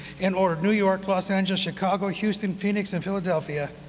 in order, new york, los angeles, chicago, houston, phoenix, and philadelphia,